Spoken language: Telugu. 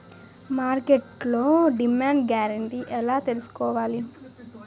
మార్కెట్లో డిమాండ్ గ్యారంటీ ఎలా తెల్సుకోవాలి?